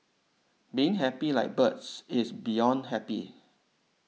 being happy like bird is beyond happy